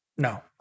No